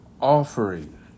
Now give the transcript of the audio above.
offering